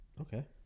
okay